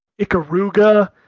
Ikaruga